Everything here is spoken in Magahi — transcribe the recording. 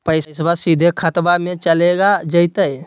पैसाबा सीधे खतबा मे चलेगा जयते?